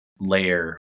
layer